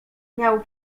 miał